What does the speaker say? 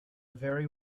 very